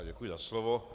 Děkuji za slovo.